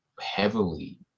heavily